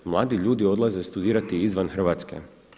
Mladi ljudi odlaze studirati izvan Hrvatske.